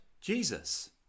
Jesus